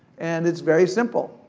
and it's very simple,